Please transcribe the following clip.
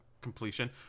completion